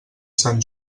sant